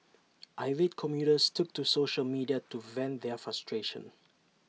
irate commuters took to social media to vent their frustration